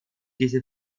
diese